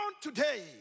today